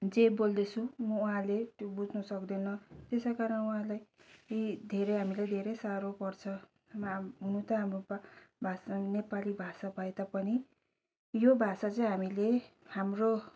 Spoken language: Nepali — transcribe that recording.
जे बोल्दैछु म उहाँले त्यो बुझ्नु सक्दैन त्यसैकारण उहाँलाई धेरै हामीले धेरै साह्रो पर्छ हुनु त हाम्रो भाषा नेपाली भाषा भए तापनि यो भाषा चाहिँ हामीले हाम्रो